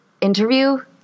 interview